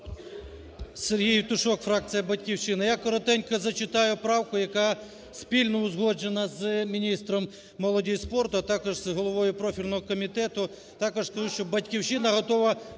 Сергій Євтушок, фракція "Батьківщина". Я коротенько зачитаю правку, яка спільно узгоджена з міністром молоді і спорту, а також з головою профільного комітету. Також скажу, що "Батьківщина" готова